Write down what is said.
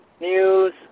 News